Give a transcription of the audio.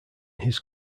his